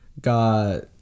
got